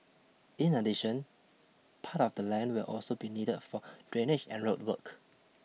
in addition part of the land will also be needed for drainage and road work